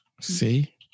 See